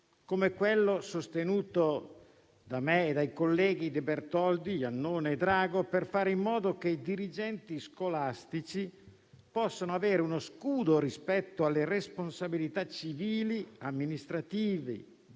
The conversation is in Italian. come quello sostenuto da me e dai colleghi De Bertoldi, Iannone e Drago, per fare in modo che i dirigenti scolastici possano avere uno scudo rispetto alle responsabilità civili, amministrative